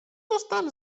zostałem